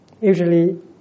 Usually